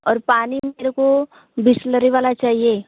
और पानी मेरे को बिसलरी वाला चाहिए